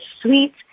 sweet